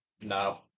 No